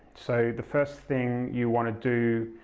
so the first thing you'll wanna do